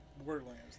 Borderlands